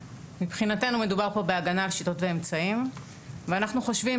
מבחינתנו מדובר כאן בהגנה על שיטות ואמצעים ואנחנו חושבים